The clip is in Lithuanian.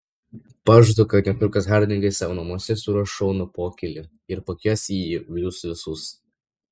pažadu kad netrukus hardingai savo namuose suruoš šaunų pokylį ir pakvies į jį jus visus